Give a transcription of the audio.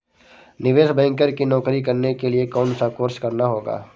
निवेश बैंकर की नौकरी करने के लिए कौनसा कोर्स करना होगा?